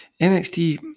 NXT